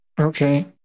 Okay